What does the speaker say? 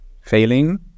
failing